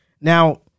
Now